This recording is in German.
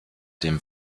dem